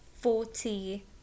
forty